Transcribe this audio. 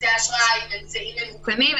כרטיסי אשראי ואמצעים ממוכנים,